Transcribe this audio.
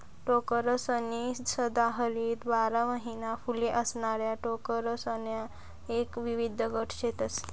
टोकरसनी सदाहरित बारा महिना फुले असणाऱ्या टोकरसण्या एक विविध गट शेतस